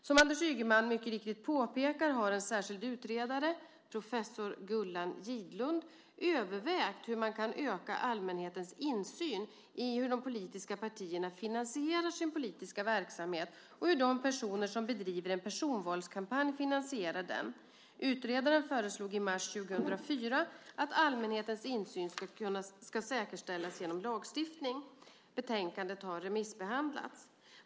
Som Anders Ygeman mycket riktigt påpekar har en särskild utredare - professor Gullan Gidlund - övervägt hur man kan öka allmänhetens insyn i hur de politiska partierna finansierar sin politiska verksamhet och hur de personer som bedriver en personvalskampanj finansierar den. Utredaren föreslog i mars 2004 att allmänhetens insyn ska säkerställas genom lagstiftning . Betänkandet har remissbehandlats.